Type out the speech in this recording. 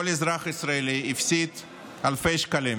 כל אזרח ישראלי הפסיד אלפי שקלים.